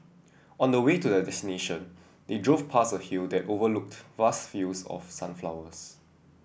on the way to their destination they drove past a hill that overlooked vast fields of sunflowers